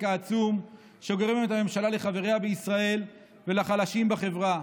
העצום שגורמת הממשלה לחברה בישראל ולחלשים בחברה.